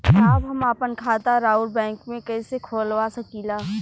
साहब हम आपन खाता राउर बैंक में कैसे खोलवा सकीला?